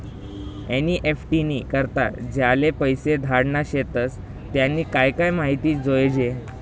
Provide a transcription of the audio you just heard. NEFT नी करता ज्याले पैसा धाडना शेतस त्यानी काय काय माहिती जोयजे